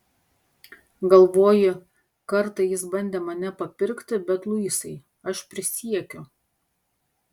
galvoji kartą jis bandė mane papirkti bet luisai aš prisiekiu